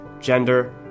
gender